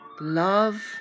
Love